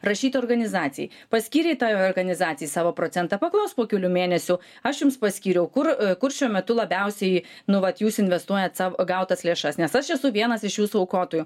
rašyt organizacijai paskyrei tai organizacijai savo procentą paklausk po kelių mėnesių aš jums paskyriau kur kur šiuo metu labiausiai nu vat jūs investuojat sav gautas lėšas nes aš esu vienas iš jūsų aukotojų